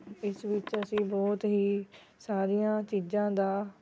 ਇਸ ਵਿੱਚ ਅਸੀਂ ਬਹੁਤ ਹੀ ਸਾਰੀਆਂ ਚੀਜ਼ਾਂ ਦਾ